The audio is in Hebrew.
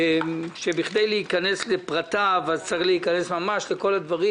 שבכדי להיכנס לפרטיו צריך להיכנס ממש לכל הדברים,